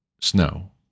snow